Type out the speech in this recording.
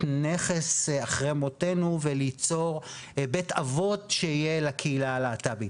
נכס אחרי מותנו וליצור בית אבות שיהיה מיועד לקהילה הלהט"בית.